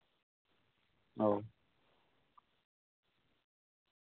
ᱚᱸᱻ